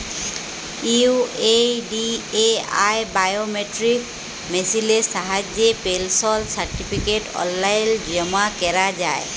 UIDAI biometric মেসিলের সাহায্যে পেলশল সার্টিফিকেট অললাইল জমা ক্যরা যায়